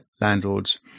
landlords